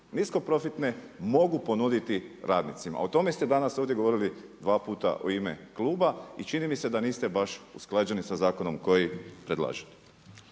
nisko profitne mogu ponuditi radnicima, a o tome ste danas ovdje govorili dva puta u ime kluba i čini mi se da niste baš usklađeni sa zakonom koji predlažete.